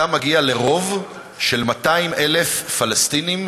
אתה מגיע לרוב של 200,000 פלסטינים